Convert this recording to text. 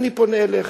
אני פונה אליך,